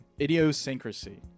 Idiosyncrasy